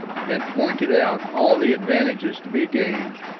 had pointed out all the advantages to be gained,